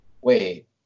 Wait